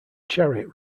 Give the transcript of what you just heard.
chariot